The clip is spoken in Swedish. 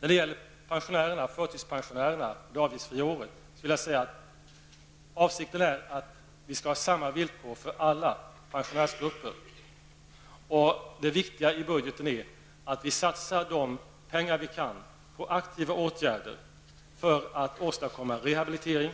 När det gäller det avgiftsfria året för förtidspensionärerna är avsikten att vi skall ha samma villkor för alla pensionärsgrupper. Det viktiga i budgeten är att vi satsar de pengar som vi kan på aktiva åtgärder för att åstadkomma rehabilitering,